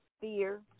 fear